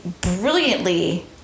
brilliantly